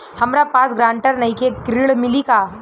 हमरा पास ग्रांटर नईखे ऋण मिली का?